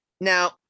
Now